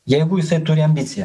jeigu jisai turi ambiciją